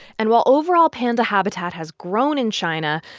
and while overall panda habitat has grown in china,